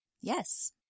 Yes